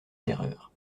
terreur